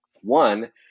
One